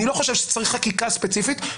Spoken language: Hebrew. אני לא חושב שצריך חקיקה ספציפית,